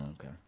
okay